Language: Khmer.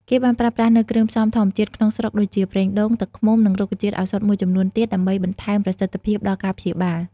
គេបានប្រើប្រាស់នូវគ្រឿងផ្សំធម្មជាតិក្នុងស្រុកដូចជា ប្រេងដូង ទឹកឃ្មុំ និងរុក្ខជាតិឱសថមួយចំនួនទៀតដើម្បីបន្ថែមប្រសិទ្ធភាពដល់ការព្យាបាល។